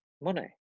money